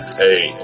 hey